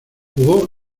jugó